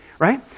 right